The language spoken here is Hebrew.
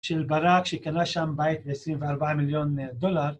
‫של ברק, שקנה שם בית ב‫24 מיליון דולר.